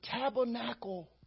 tabernacle